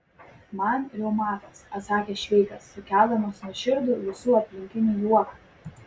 man reumatas atsakė šveikas sukeldamas nuoširdų visų aplinkinių juoką